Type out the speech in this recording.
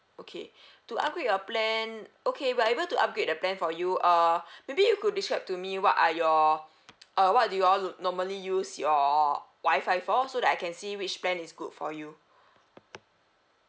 okay to upgrade your plan okay we are able to upgrade the plan for you uh maybe you could describe to me what are your uh what do you all loo~ normally use your wifi for so that I can see which plan is good for you